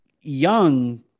young